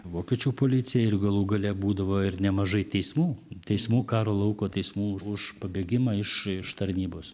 vokiečių policijai ir galų gale būdavo ir nemažai teismų teismų karo lauko teismų už pabėgimą iš iš tarnybos